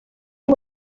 ngo